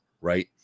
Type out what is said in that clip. right